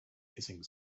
hissing